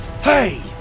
Hey